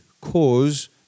cause